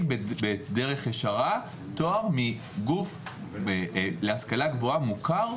בדרך ישרה תואר מגוף להשכלה גבוהה מוכר,